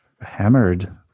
hammered